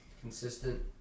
Consistent